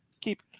Keep